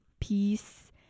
peace